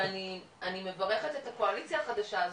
ואני מברכת את הקואליציה החדשה,